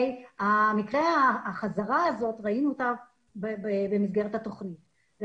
את החזרה שלו ראינו במסגרת התוכנית אבל